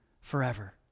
forever